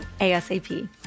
ASAP